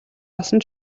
олсон